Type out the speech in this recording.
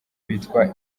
bitwa